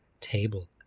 table